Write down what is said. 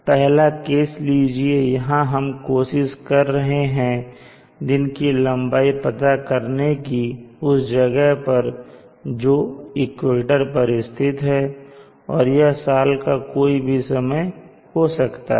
पहला केस लीजिए यहां हम कोशिश कर रहे हैं दिन की लंबाई पता करने की उस जगह पर जो इक्वेटर पर स्थित है और यह साल का कोई भी समय हो सकता है